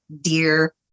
dear